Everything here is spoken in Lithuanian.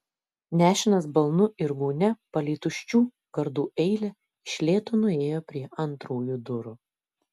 nešinas balnu ir gūnia palei tuščių gardų eilę iš lėto nuėjo prie antrųjų durų